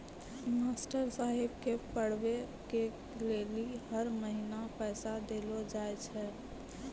master साहेब के पढ़बै के लेली हर महीना पैसा देलो जाय छै